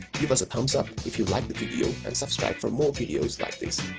give us a thumbs up if you liked the video and subscribe for more videos like this.